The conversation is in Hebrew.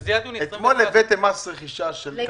שזה יהיה עד יוני 2021. אתמול הבאתם מס רכישה לקבלנים,